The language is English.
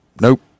nope